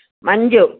Manju